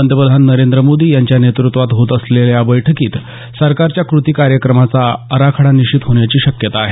पंतप्रधान नरेंद्र मोदी यांच्या नेत़त्वात होत असलेल्या या बैठकीत सरकारच्या कृती कार्यक्रमाचा आराखडा निश्चित होण्याची शक्यता आहे